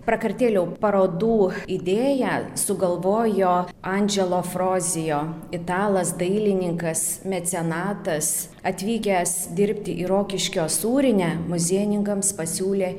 prakartėlių parodų idėją sugalvojo andželo frozijo italas dailininkas mecenatas atvykęs dirbti į rokiškio sūrinę muziejininkams pasiūlė